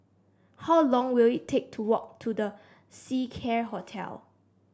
how long will it take to walk to The Seacare Hotel